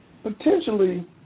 potentially